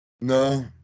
No